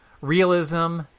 realism